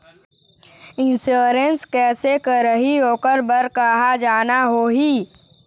Insurance कैसे करही, ओकर बर कहा जाना होही?